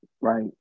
right